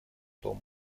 том